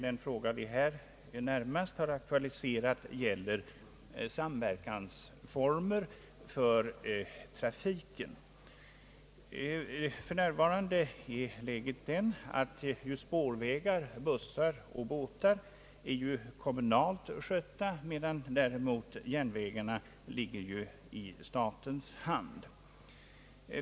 Den fråga vi närmast har aktualiserat i detta sammanhang gäller samverkansformer för trafiken. För närvarande är läget det att spårvägstrafik, busstrafik och båttrafik sköts kommunalt, medan däremot järnvägstrafiken omhänderhas av staten.